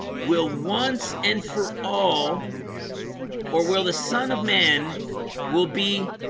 will once and for all or will the son of man will be